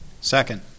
Second